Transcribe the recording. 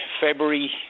february